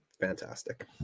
fantastic